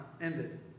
ended